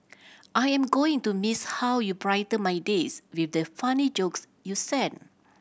I am going to miss how you brighten my days with the funny jokes you sent